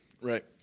Right